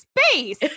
space